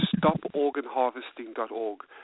stoporganharvesting.org